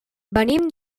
venim